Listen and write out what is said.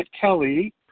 Kelly